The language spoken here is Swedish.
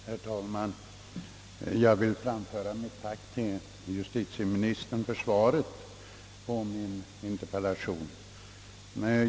Herr talman! Jag vill framföra ett tack till justitieministern för svaret på min interpellation.